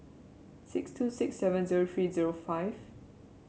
six two six seven zero three zero five